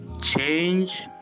change